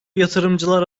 yatırımlar